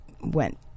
went